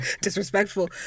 disrespectful